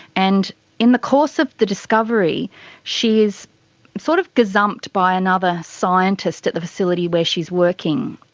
and in the course of the discovery she is sort of gazumped by another scientist at the facility where she is working.